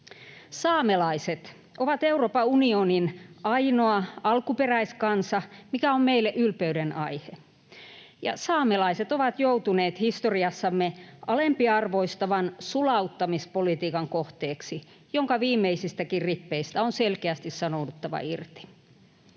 Saamelaiset ovat Euroopan unionin ainoa alkuperäiskansa, mikä on meille ylpeyden aihe. Saamelaiset ovat joutuneet historiassamme alempiarvoistavan sulauttamispolitiikan kohteeksi, jonka viimeisistäkin rippeistä on selkeästi sanouduttava irti.